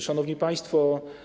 Szanowni Państwo!